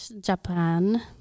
Japan